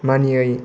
मानियै